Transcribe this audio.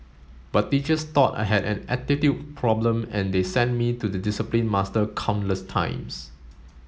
but teachers thought I had an attitude problem and they sent me to the discipline master countless times